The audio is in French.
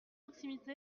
proximité